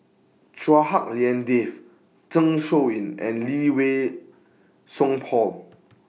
Chua Hak Lien Dave Zeng Shouyin and Lee Wei Song Paul